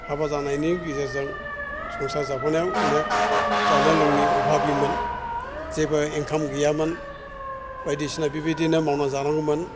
हाबा जानायनि गेजेरजों संसार जाबोनायाव अनेक जानाय लोंनायाव अभाबिमोन जेबो एंखाम गैयामोन बायदिसिना बिबायदिनो मावना जानांगौमोन